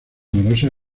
numerosas